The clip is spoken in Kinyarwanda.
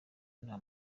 nta